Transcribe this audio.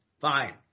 Fine